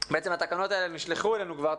התקנות האלה נשלחו אלינו כבר,